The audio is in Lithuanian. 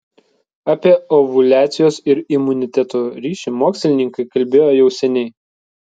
apie ovuliacijos ir imuniteto ryšį mokslininkai kalbėjo jau seniai